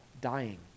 dying